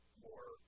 more